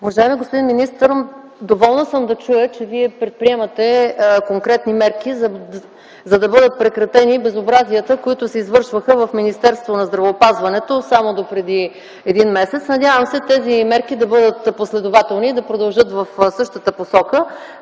Уважаеми господин министър, доволна съм да чуя, че Вие предприемате конкретни мерки, за да бъдат прекратени безобразията, които се извършваха в Министерството на здравеопазването само допреди един месец. Надявам се тези мерки да бъдат последователни и да продължат в същата посока.